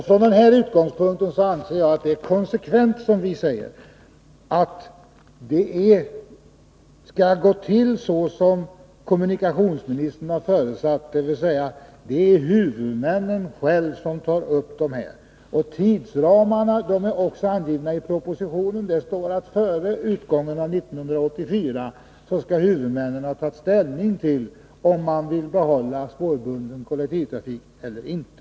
Från denna utgångspunkt anser jag att det som vi säger är konsekvent, att det skall gå till så som kommunikationsministern har förutsatt, dvs. att det är huvudmännen själva som tar upp förhandlingar m.m. Tidsramarna är också angivna i propositionen, där det står att före utgången av 1984 skall huvudmännen ha tagit ställning till om man vill behålla spårbunden kollektivtrafik eller inte.